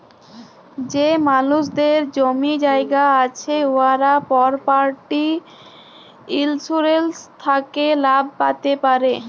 যে মালুসদের জমি জায়গা আছে উয়ারা পরপার্টি ইলসুরেলস থ্যাকে লাভ প্যাতে পারে